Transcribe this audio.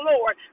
Lord